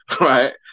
right